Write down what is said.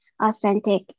authentic